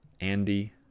Andy